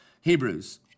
Hebrews